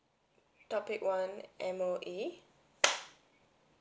topic one M_O_E